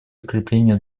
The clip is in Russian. укреплению